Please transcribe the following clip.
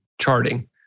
charting